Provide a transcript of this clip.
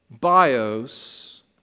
Bios